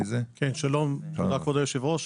שלום כבוד היושב ראש,